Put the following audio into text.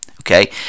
Okay